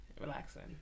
relaxing